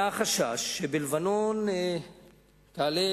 היה חשש שבלבנון יעלה